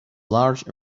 large